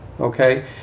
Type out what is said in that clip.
Okay